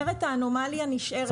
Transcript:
אחרת האנומליה נשארת.